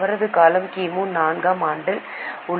அவரது காலம் கிமு 4 ஆம் நூற்றாண்டில் உள்ளது